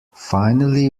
finally